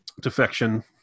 defection